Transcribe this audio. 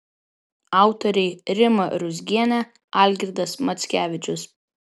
autoriai rima ruzgienė algirdas mackevičius